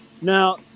Now